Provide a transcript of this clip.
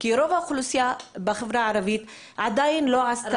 כי רוב האוכלוסייה בחברה הערבית עדיין לא עשתה בדיקות.